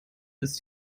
ist